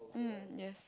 mm yes